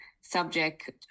subject